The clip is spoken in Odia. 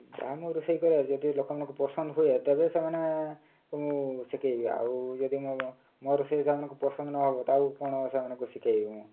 ତାହା ମୁଁ ରୋଷେଇ କରେ ଯଦି ଲୋକମାନଙ୍କୁ ପସନ୍ଦ ହୁଏ ତେବେ ସେମାନେ ମୁଁ ଶିଖାଇବି ଆଉ ଯଦି ମୋ ରୋଷେଇ ସେମାନଙ୍କୁ ପସନ୍ଦ ନ ହେବ ତାକୁ କ'ଣ ସେମାନଙ୍କୁ ଶିଖାଇବି ମୁଁ